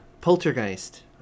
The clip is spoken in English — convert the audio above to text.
Poltergeist